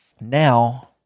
Now